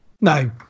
No